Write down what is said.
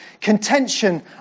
contention